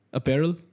apparel